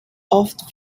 oft